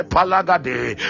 Palagade